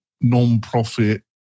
non-profit